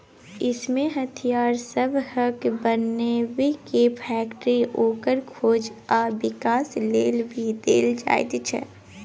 इमे हथियार सबहक बनेबे के फैक्टरी, ओकर खोज आ विकास के लेल भी देल जाइत छै